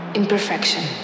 imperfection